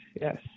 Yes